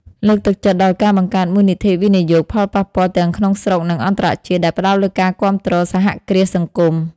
លើកទឹកចិត្តដល់ការបង្កើតមូលនិធិវិនិយោគផលប៉ះពាល់ទាំងក្នុងស្រុក និងអន្តរជាតិ ដែលផ្តោតលើការគាំទ្រសហគ្រាសសង្គម ។